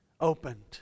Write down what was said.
opened